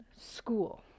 school